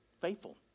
faithful